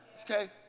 okay